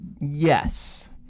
yes